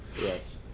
Yes